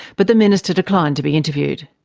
but the minister declined to be interviewed.